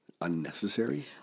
unnecessary